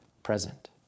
present